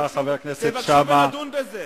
תבקשו ונדון בזה.